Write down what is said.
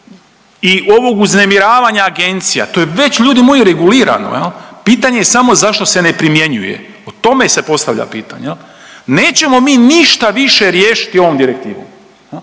i ovog uznemiravanja agencija to je već ljudi moji regulirano jel, pitanje je samo zašto se ne primjenjuje. O tome se postavlja pitanje jel. Nećemo mi ništa više riješiti ovom direktivom